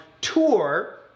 tour